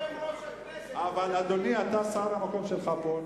גם יושב-ראש הכנסת, אדוני, אתה שר, המקום שלך פה.